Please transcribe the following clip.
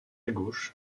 gauche